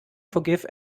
forgive